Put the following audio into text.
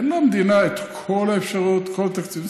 אין למדינה את כל האפשרויות ואת כל התקציבים.